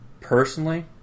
Personally